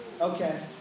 Okay